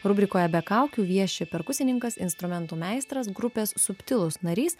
rubrikoje be kaukių vieši perkusininkas instrumentų meistras grupės subtilūs narys